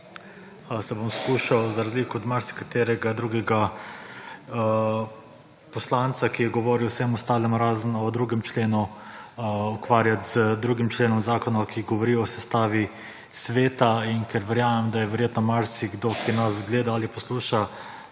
Se bom poskušal za razliko od marsikaterega drugega poslanca, ki je govoril vsem ostalim razen o 2. členu ukvarjati z 2. členom zakona, ki govori o sestavi sveta in ker verjamem, da je verjetno marsikdo, ki nas gleda ali posluša